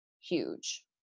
huge